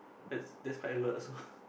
that's that's quite a lot also